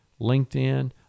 LinkedIn